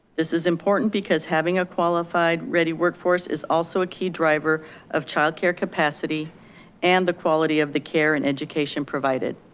this is important because having a qualified ready workforce is also a key driver of childcare capacity and the quality of the care and education provided.